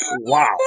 Wow